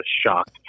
shocked